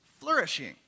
flourishing